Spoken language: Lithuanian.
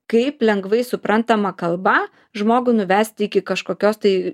kaip lengvai suprantama kalba žmogų nuvesti iki kažkokios tai